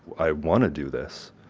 i want to do this.